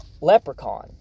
Leprechaun